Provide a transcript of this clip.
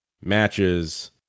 matches